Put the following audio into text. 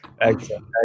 Excellent